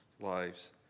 lives